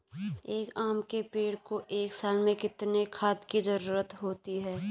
एक आम के पेड़ को एक साल में कितने खाद की जरूरत होती है?